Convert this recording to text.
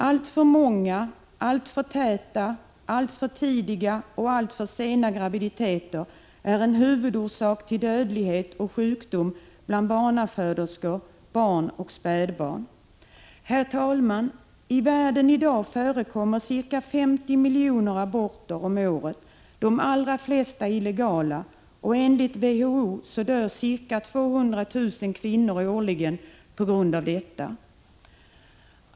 Alltför många, alltför täta, alltför tidiga och alltför sena graviditeter är huvudorsaker till dödlighet och sjukdom bland barnaföderskor, barn och spädbarn. Herr talman! I världen i dag görs ca 50 miljoner aborter om året, de allra flesta illegala. Enligt WHO dör ca 200 000 kvinnor årligen på grund av detta.